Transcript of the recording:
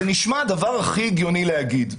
זה נשמע הדבר הכי הגיוני להגיד.